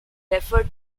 refer